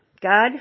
God